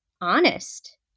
honest